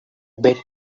bet